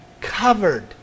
covered